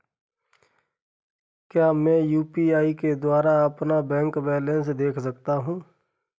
क्या मैं यू.पी.आई के द्वारा अपना बैंक बैलेंस देख सकता हूँ?